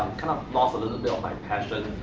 kind of lost a little bit of my passion